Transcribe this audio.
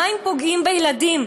מה אם פוגעים בילדים?